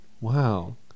Wow